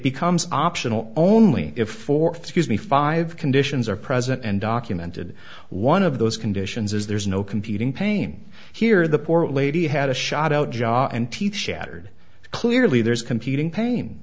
becomes optional only if for me five conditions are present and documented one of those conditions is there's no competing pain here the poor lady had a shot out job and teeth shattered clearly there's competing pain